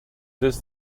this